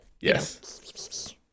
Yes